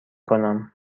کنم